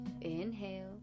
inhale